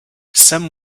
some